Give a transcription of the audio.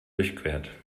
durchquert